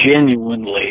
genuinely